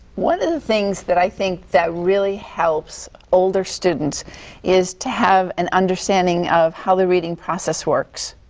one of the things that i think that really helps older students is to have an understanding of how the reading process works.